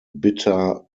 bitter